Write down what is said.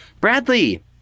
Bradley